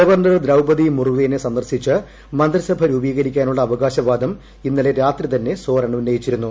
governor Draupadi മുർമുവിനെ സന്ദർശിച്ച് മന്ത്രിസഭ രൂപീകരിക്കാനുള്ള അവകാശവാദം ഇന്നലെ രാത്രി തന്നെ സോറൻ ഉന്നയിച്ചിരുന്നു